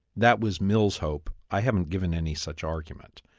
that was mill's hope. i haven't given any such argument.